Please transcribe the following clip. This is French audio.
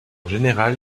général